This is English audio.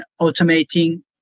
automating